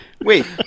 Wait